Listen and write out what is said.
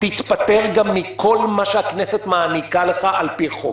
תתפטר גם מכל מה שהכנסת מעניקה לך על פי חוק,